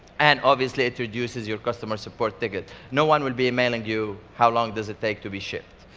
and obviously, it reduces your customer support ticket. no one will be emailing you, how long does it take to be shipped,